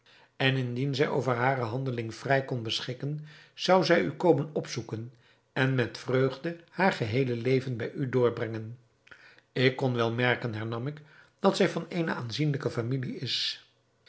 en indien zij over hare handeling vrij kon beschikken zou zij u komen opzoeken en met vreugde haar geheele leven bij u doorbrengen ik kon wel merken hernam ik dat zij van eene aanzienlijke familie is